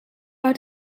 are